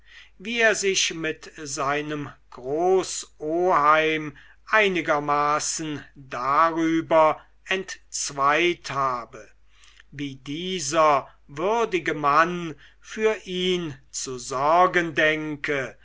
wie er sich mit seinem großoheim einigermaßen darüber entzweit habe wie dieser würdige mann für ihn zu sorgen denke